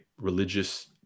religious